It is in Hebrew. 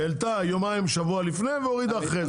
היא העלתה שבוע לפני והורידה אחרי זה.